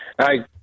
Hi